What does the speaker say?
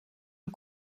een